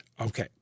Okay